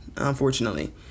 unfortunately